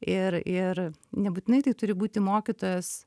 ir ir nebūtinai tai turi būti mokytojas